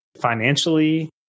financially